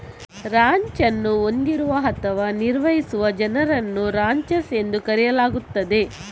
ranch ಅನ್ನು ಹೊಂದಿರುವ ಅಥವಾ ನಿರ್ವಹಿಸುವ ಜನರನ್ನು ರಾಂಚರ್ಸ್ ಎಂದು ಕರೆಯಲಾಗುತ್ತದೆ